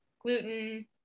gluten